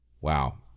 wow